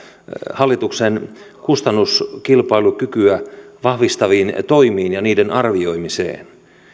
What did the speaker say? hallituksen kustannuskilpailukykyä vahvistaviin toimiin ja niiden arvioimiseen